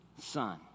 son